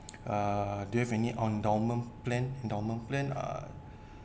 uh do you have any endowment plan endowment plan uh